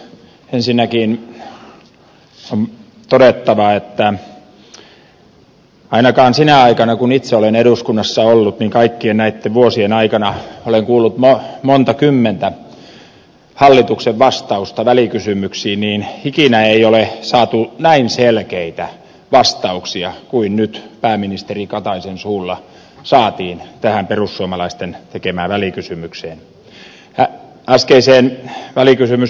ensinnäkin on todettava että ainakaan sinä aikana kun itse olen eduskunnassa ollut kaikkien näitten vuosien aikana olen kuullut montakymmentä hallituksen vastausta välikysymyksiin ikinä ei ole saatu näin selkeitä vastauksia kuin nyt pääministeri kataisen suulla saatiin tähän perussuomalaisten tekemään välikysymykseen